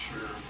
sure